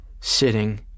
sitting